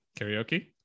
karaoke